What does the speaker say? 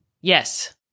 Yes